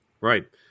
Right